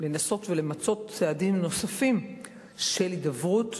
למצות צעדים נוספים של הידברות.